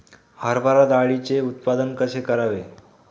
हरभरा डाळीचे उत्पादन कसे करावे?